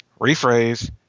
Rephrase